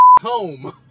Home